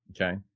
Okay